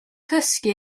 cysgu